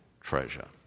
treasure